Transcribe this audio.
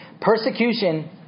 persecution